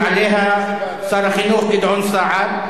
ישיב עליה שר החינוך גדעון סער.